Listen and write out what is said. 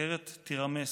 אחרת תירמס.